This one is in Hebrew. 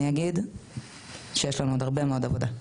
אני אגיד שיש לנו עוד הרבה מאוד עבודה.